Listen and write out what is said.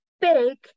big